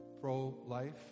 pro-life